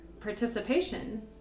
participation